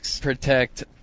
protect